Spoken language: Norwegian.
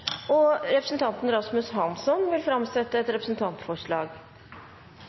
Representanten Rasmus Hansson vil framsette et representantforslag.